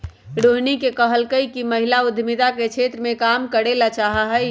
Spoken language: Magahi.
रोहिणी ने कहल कई कि वह महिला उद्यमिता के क्षेत्र में काम करे ला चाहा हई